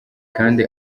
kandi